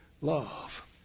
Love